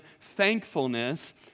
thankfulness